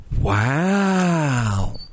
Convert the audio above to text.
Wow